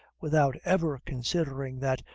without ever considering that,